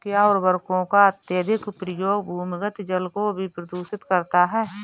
क्या उर्वरकों का अत्यधिक प्रयोग भूमिगत जल को भी प्रदूषित करता है?